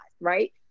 right